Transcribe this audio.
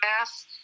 mass